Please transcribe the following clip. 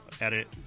edit